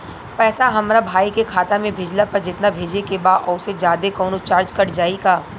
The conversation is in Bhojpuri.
पैसा हमरा भाई के खाता मे भेजला पर जेतना भेजे के बा औसे जादे कौनोचार्ज कट जाई का?